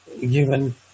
given